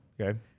Okay